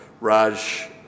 Raj